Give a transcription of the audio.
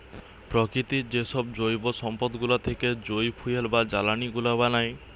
প্রকৃতির যেসব জৈব সম্পদ গুলা থেকে যই ফুয়েল বা জ্বালানি গুলা বানায়